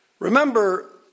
Remember